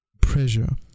pressure